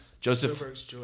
Joseph